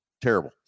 terrible